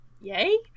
yay